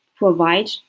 provide